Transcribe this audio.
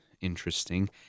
interesting